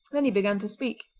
then he began to speak